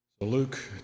Luke